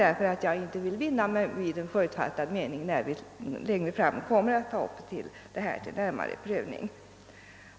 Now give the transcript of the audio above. Jag vill inte binda mig vid en förutfattad mening, eftersom vi längre fram kommer att ta upp ärendet till närmare prövning.